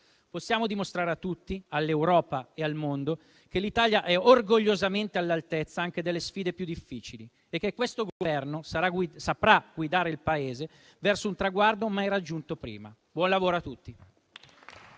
Possiamo dimostrare a tutti, all'Europa e al mondo, che l'Italia è orgogliosamente all'altezza anche delle sfide più difficili e che questo Governo saprà guidare il Paese verso un traguardo mai raggiunto prima. Buon lavoro a tutti.